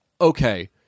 okay